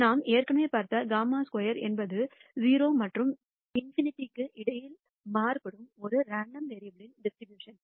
நாம் ஏற்கனவே பார்த்தோம் χ ஸ்கொயர் என்பது 0 மற்றும் ∞ க்கு இடையில் மாறுபடும் ஒரு ரெண்டோம் வேரியபுல் ன் டிஸ்ட்ரிபியூஷன்